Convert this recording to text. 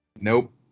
Nope